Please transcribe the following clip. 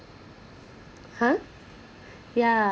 !huh! yeah